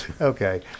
Okay